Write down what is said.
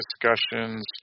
discussions